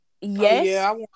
Yes